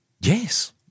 Yes